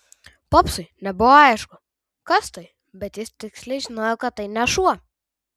popsui nebuvo aišku kas tai bet jis tiksliai žinojo kad tai ne šuo